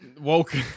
woke